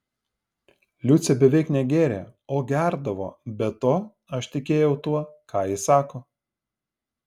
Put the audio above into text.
liucė beveik negėrė o gerdavo be to aš tikėjau tuo ką ji sako